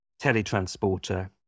teletransporter